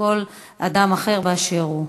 וכל אדם אחר באשר הוא.